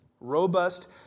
robust